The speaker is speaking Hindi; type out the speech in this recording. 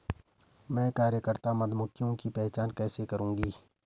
मैं कार्यकर्ता मधुमक्खियों की पहचान कैसे करूंगी?